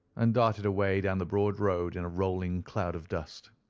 and darted away down the broad road in a rolling cloud of dust.